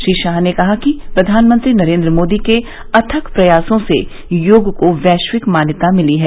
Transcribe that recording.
श्री शाह ने कहा कि प्रधानमंत्री नरेन्द्र मोदी के अथक प्रयासों से योग को वैश्विक मान्यता मिली है